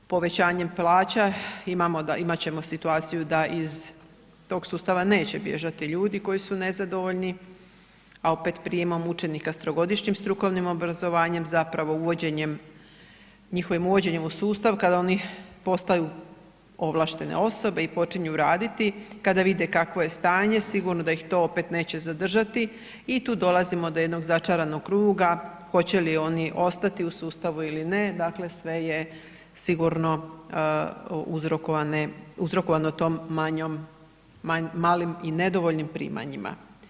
Povećanjem plaća imat ćemo situaciju da iz tog sustava neće bježati ljudi koji su nezadovoljni, a opet prijemom učenika s trogodišnjim strukovnim obrazovanjem zapravo uvođenjem, njihovim uvođenjem u sustav kada oni postaju ovlaštene osobe i počinju raditi, kada vide kakvo je stanje, sigurno da ih to opet neće zadržati i tu dolazimo do jednog začaranog kruga hoće li oni ostati u sustavu ili ne, dakle, sve je sigurno uzrokovano tom manjom, malim i nedovoljnim primanjima.